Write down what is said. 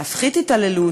להפחית התעללות,